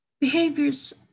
Behaviors